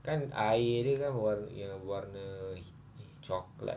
kan air dia kan warna warna coklat